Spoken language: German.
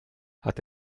hat